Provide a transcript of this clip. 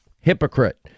Hypocrite